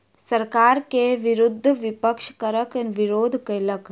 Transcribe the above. सरकार के विरुद्ध विपक्ष करक विरोध केलक